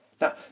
Now